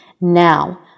now